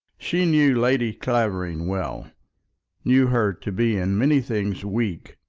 she knew lady clavering well knew her to be in many things weak,